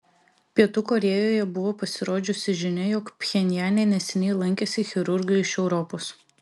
pietų korėjoje buvo pasirodžiusi žinia jog pchenjane neseniai lankėsi chirurgai iš europos